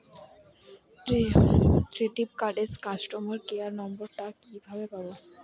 Credit কার্ডের customer care number টা কিভাবে পাবো?